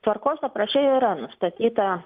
tvarkos apraše yra nustatyta